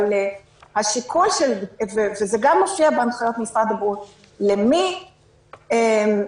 וזה מופיע בהנחיות משרד הבריאות הרי